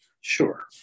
Sure